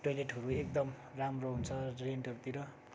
टोइलेटहरू एकदम राम्रो हुन्छ रेन्टहरूतिर